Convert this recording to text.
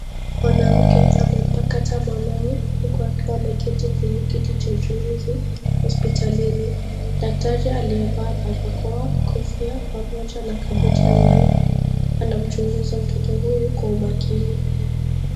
Mwanamke amempakata mwanawe, huku akiwa ameketi kwenye kiti cha uchunguzi hospitalini. Daktari aliyevaa barakoa, kofia, pamoja na kabuti ya nyeupe, anamchunguza mtoto huyu kwa umakini.